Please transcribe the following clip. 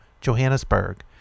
Johannesburg